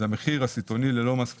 זה המחיר הסיטונאי ללא מס קנייה.